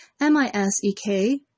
M-I-S-E-K